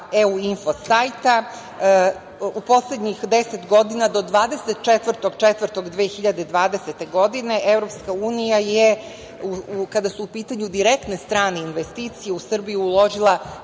EU info sajta. U poslednjih 10 godina, do 24. aprila 2020. godine, EU je, kada su u pitanju direktne strane investicije u Srbiji uložila